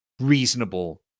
reasonable